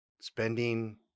spending